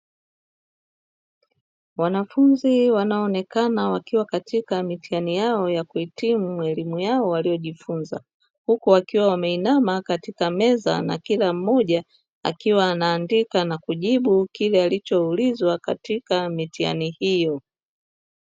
Wanafunzi wanaoonekana wakiwa katika mitihani yao ya kuhitimu elimu yao waliojifunza, huku wakiwa wameinama katika meza, na kila mmoja akiwa anaandika na kujibu kile alichoulizwa katika mitihani hiyo.